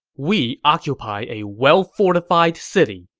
we occupy a well-fortified city,